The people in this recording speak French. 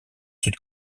sud